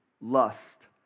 lust